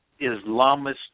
Islamist